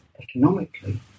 economically